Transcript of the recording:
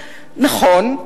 נכון,